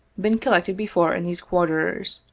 been collected before in these quarters.